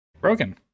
Broken